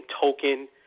token